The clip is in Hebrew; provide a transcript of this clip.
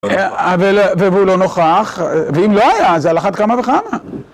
אבל, והוא לא נוכח, ואם לא היה, זה על אחת כמה וכמה.